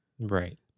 Right